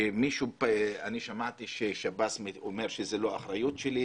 אני שמעתי ששב"ס אומר שזאת לא האחריות שלו,